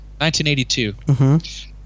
1982